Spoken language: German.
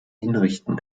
hinrichten